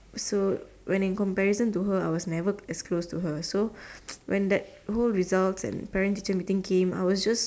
so when in comparison to her so I never as close to her so when those results and parent meetings came I was just